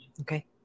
Okay